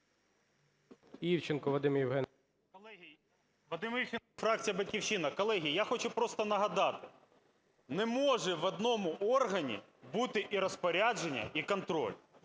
Івченко, фракція "Батьківщина". Колеги, я хочу просто нагадати, не може в одному органі бути і розпорядження, і контроль.